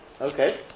okay